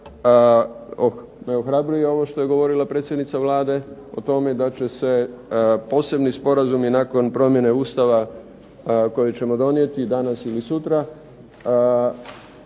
ne ohrabruje ovo što je govorila predsjednica Vlade, o tome da će se posebni sporazumi nakon promjene Ustava koje ćemo donijeti danas ili sutra,